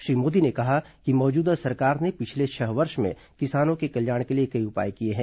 श्री मोदी ने कहा कि मौजूदा सरकार ने पिछले छह वर्ष में किसानों के कल्याण के लिए कई उपाय किये हैं